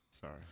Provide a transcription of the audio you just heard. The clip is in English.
Sorry